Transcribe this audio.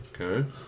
Okay